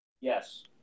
Yes